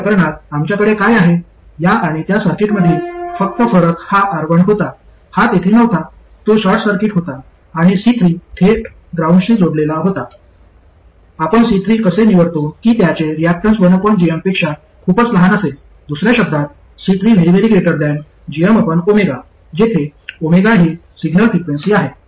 त्या प्रकरणात आमच्याकडे काय आहे या आणि त्या सर्किटमधील फक्त फरक हा R1 होता हा तेथे नव्हता तो शॉर्ट सर्किट होता आणि C3 थेट ग्राउंडशी जोडलेला होता आपण C3 असे निवडतो की त्याचे रियाक्टन्स 1gm पेक्षा खूपच लहान असेल दुसर्या शब्दांत C3 जेथे 𝜔 ही सिग्नल फ्रिक्वेन्सी आहे